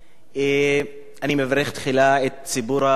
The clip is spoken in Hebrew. אני מברך תחילה את ציבור הסטודנטים,